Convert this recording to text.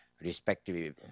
respectively